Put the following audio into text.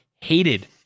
hated